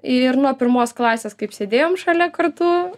ir nuo pirmos klasės kaip sėdėjom šalia kartu